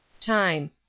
Time